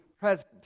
present